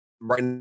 Right